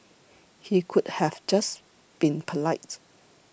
he could have just been polite